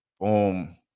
Boom